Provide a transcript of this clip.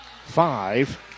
five